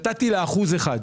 ונתתי לה אחוז אחד.